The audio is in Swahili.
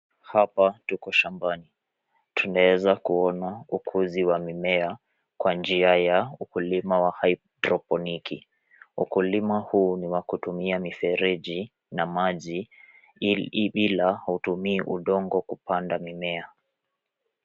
Hapa tuko shambani. Tunaweza kuona ukuzi mimea kwa njia ya ukulima wa hydroponics .Ukulima huu ni wa kutumia mifereji na maji. Hili haitumii udongo kupandwa mimea.